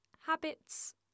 habits